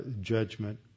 judgment